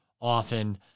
often